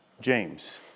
James